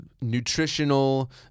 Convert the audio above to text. nutritional